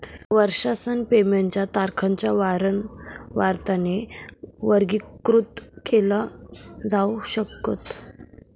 वर्षासन पेमेंट च्या तारखांच्या वारंवारतेने वर्गीकृत केल जाऊ शकत